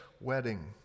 wedding